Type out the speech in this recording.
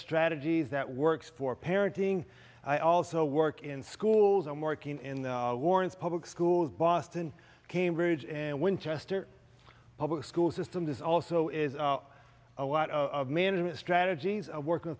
strategies that works for parenting i also work in schools i'm working in warren's public schools boston cambridge and winchester public school system this also is a lot of management strategies a work